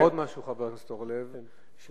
חבר הכנסת אורלב אמר עוד משהו,